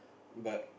but